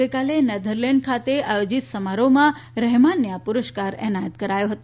ગઇકાલે નેધરલેન્ડ ખાતે આયોજીત સમારોહમાં રહેમાનને આ પુરસ્કાર એનાયત કરાયો હતો